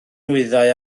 nwyddau